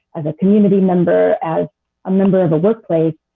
as a community member, as a member of a workplace,